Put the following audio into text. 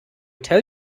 tell